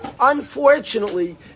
unfortunately